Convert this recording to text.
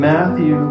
Matthew